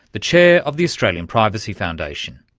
the chair of the australian privacy foundation.